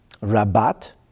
Rabat